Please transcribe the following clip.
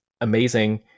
amazing